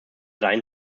dein